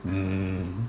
mm